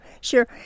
sure